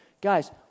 Guys